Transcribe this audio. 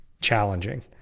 challenging